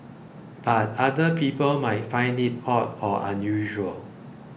but other people might find it odd or unusual